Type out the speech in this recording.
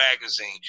Magazine